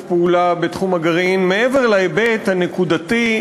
פעולה בתחום הגרעין מעבר להיבט הנקודתי,